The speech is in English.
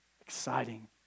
Exciting